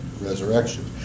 resurrection